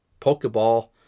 Pokeball